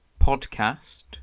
podcast